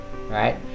right